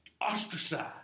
ostracized